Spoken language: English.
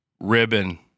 Ribbon